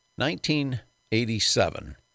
1987